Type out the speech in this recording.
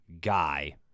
guy